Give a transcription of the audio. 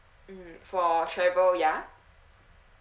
mm for travel ya